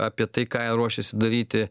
apie tai ką jie ruošėsi daryti